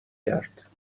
کرد